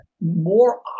more